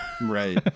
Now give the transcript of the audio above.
Right